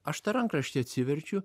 aš tą rankraštį atsiverčiu